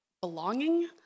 belonging